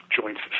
joints